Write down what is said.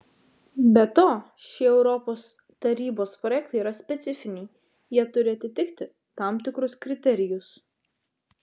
be to šie europos tarybos projektai yra specifiniai jie turi atitikti tam tikrus kriterijus